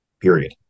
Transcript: period